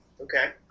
Okay